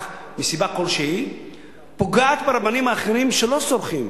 מסיבה כלשהי פוגעת ברבנים האחרים שלא סורחים,